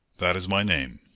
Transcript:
that is my name.